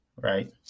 right